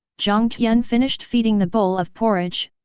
jiang tian finished feeding the bowl of porridge,